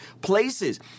places